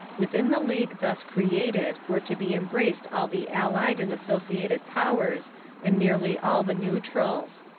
within the league thus created were to be embraced all the allied and associated powers and nearly all the neutrals.